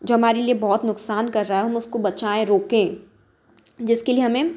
जो हमारे लिए बहुत नुकसान कर रहा है हम उसको बचाए रोकें जिसके लिए हमें